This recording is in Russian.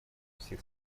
всех